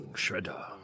shredder